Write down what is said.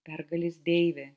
pergalės deivė